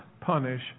punish